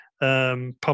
Public